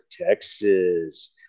Texas